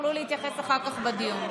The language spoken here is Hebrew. תוכלו להתייחס אחר כך, בדיון.